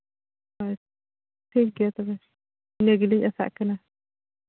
ᱦᱳᱭ ᱴᱷᱤᱠ ᱜᱮᱭᱟ ᱛᱚᱵᱮ ᱤᱱᱟᱹ ᱜᱮᱞᱤᱧ ᱟᱥᱟᱜ ᱠᱟᱱᱟ